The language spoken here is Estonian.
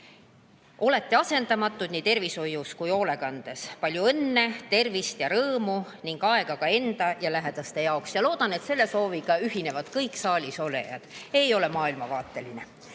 Olete asendamatud nii tervishoius kui hoolekandes. Palju õnne, tervist ja rõõmu ning aega ka enda ja lähedaste jaoks! Loodan, et selle sooviga ühinevad kõik saalisolijad, see ei ole maailmavaateline. Nüüd